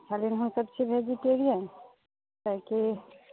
खाली हमसभ छी वेजीटेरियन किआकी